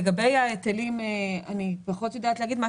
לגבי ההיטלים אני פחות יודעת להגיד.